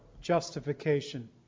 justification